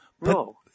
No